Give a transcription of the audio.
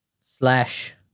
slash